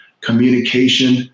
communication